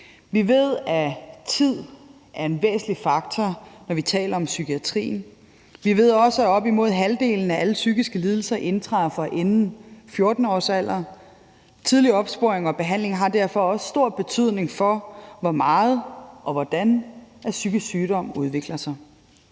Vi ved, at tid er en væsentlig faktor, når vi taler om psykiatrien. Vi ved også, at op imod halvdelen af alle psykiske lidelser indtræffer inden 14-årsalderen. Tidlig opsporing og behandling har derfor også stor betydning for, hvor meget og hvordan psykisk sygdom udvikler sig.